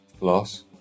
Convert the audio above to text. loss